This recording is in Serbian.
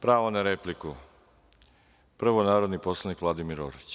Pravo na repliku, prvo narodni poslanik Vladimir Orlić.